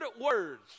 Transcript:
words